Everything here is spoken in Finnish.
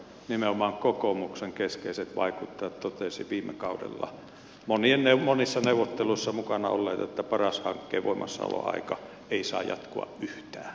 nimenomaan kokoomuksen keskeiset vaikuttajat totesivat viime kaudella monissa neuvotteluissa mukana olleet että paras hankkeen voimassaoloaika ei saa jatkua yhtään